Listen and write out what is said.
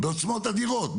בעוצמות אדירות,